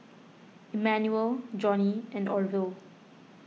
Immanuel Johnny and Orvil